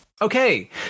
Okay